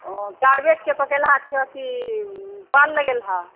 ओ कार्बेटके पकेलहा छिअह कि पाल लगेलहा